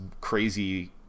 crazy